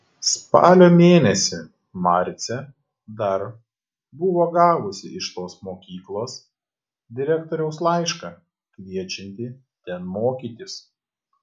spalio mėnesį marcė dar buvo gavusi iš tos mokyklos direktoriaus laišką kviečiantį ten mokytis